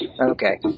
Okay